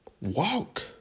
Walk